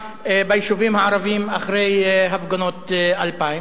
ביישובים הערביים אחרי הפגנות 2000?